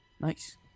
Nice